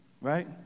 right